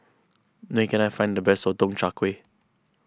where can I find the best Sotong Char Kway